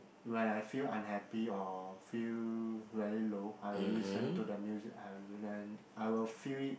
when I feel unhappy or feel very low I will listen to the music I will then I will feel it